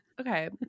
okay